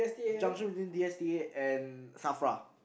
junction between D_S_T_A and Safra